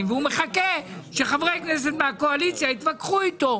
והוא מחכה שחברי כנסת מהקואליציה יתווכחו איתו.